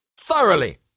thoroughly